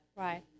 Right